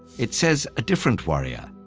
it says a different warrior,